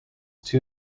two